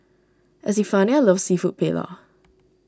Estefania loves Seafood Paella